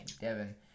Devin